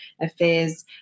affairs